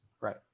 Right